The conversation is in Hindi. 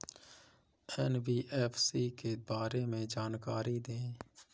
एन.बी.एफ.सी के बारे में जानकारी दें?